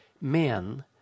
men